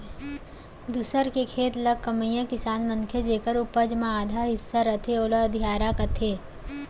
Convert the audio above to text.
दूसर के खेत ल कमइया किसान मनखे जेकर उपज म आधा हिस्सा रथे ओला अधियारा कथें